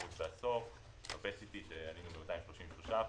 בעשור או ב-PET-CT שעלינו ב-233%.